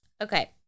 Okay